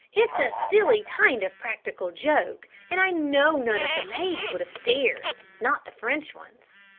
it's a silly kind of practical joke, and i know none of the maids would have dared, not the french ones.